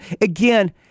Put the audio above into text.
again